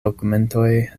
dokumentoj